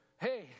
hey